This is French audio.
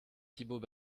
thibault